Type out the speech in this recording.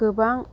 गोबां